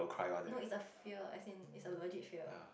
no it's a fear as in it's a legit fear